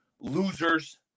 Losers